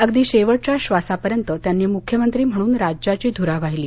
अगदी शेवटच्या श्वासापर्यंत त्यांनी मुख्यमंत्री म्हणून राज्याची धुरा वाहिली